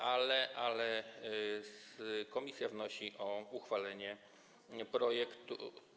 ale komisja wnosi o uchwalenie projektu.